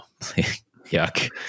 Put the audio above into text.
yuck